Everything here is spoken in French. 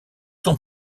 sont